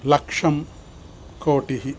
लक्षं कोटिः